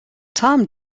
tom